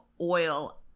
oil